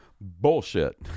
bullshit